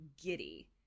giddy